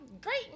great